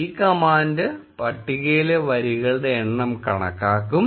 ഈ കമാൻഡ് പട്ടികയിലെ വരികളുടെ എണ്ണം കണക്കാക്കും